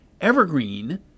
Evergreen